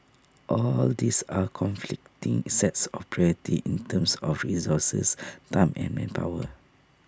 all these are conflicting sets of priority in terms of resources time and manpower